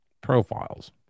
profiles